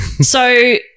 So-